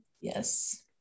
yes